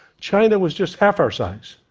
china was just half our size.